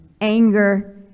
anger